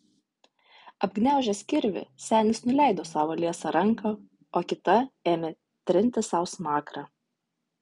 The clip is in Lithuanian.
apgniaužęs kirvį senis nuleido savo liesą ranką o kita ėmė trinti sau smakrą